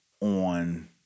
on